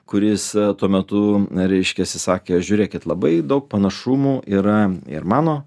kuris tuo metu reiškiasi sakė žiūrėkit labai daug panašumų yra ir mano